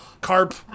Carp